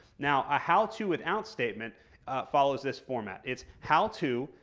now a how to without statement follows this format. it's how to,